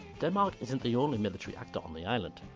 denmark isn't the only military actor on the island,